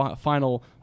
final